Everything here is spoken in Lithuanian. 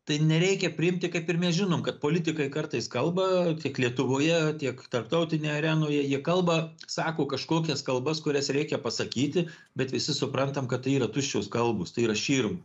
tai nereikia priimti kaip ir mes žinom kad politikai kartais kalba tiek lietuvoje tiek tarptautinė arenoje jie kalba sako kažkokias kalbas kurias reikia pasakyti bet visi suprantam kad tai yra tuščios kalbos tai yra širma